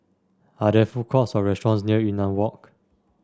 are there food courts or restaurants near Yunnan Walk